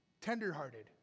Tenderhearted